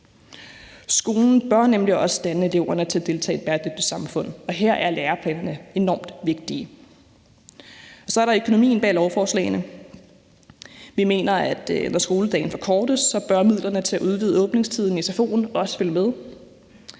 Skolen bør nemlig også uddanne eleverne til at deltage i et bæredygtigt samfund, og her er læreplaner enormt vigtigt. Så er der økonomien bag lovforslaget. Vi mener, at når skoledagen forkortes, bør midlerne til at udvide åbningstiden i sfo'en også følge med.